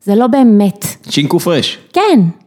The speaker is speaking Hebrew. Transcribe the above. ‫זה לא באמת. ‫-שין קוף ריש. - כן.